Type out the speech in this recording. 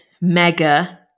mega